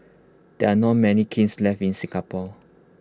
there are not many kilns left in Singapore